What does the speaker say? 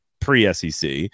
pre-SEC